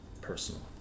personal